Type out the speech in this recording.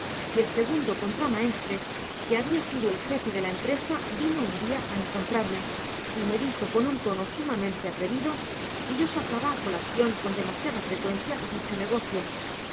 y el segundo contramaestre que habia sido el jefe de la empresa vino un dia á encontrarme y me dijo coa un tono sumamente atrevido que yo sacaba á colacion con demasiada frecuencia dicho negoeio